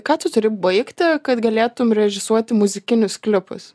ką tu turi baigti kad galėtum režisuoti muzikinius klipus